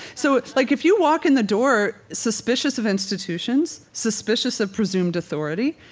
so like if you walk in the door suspicious of institutions, suspicious of presumed authority,